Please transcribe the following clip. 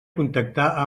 contactar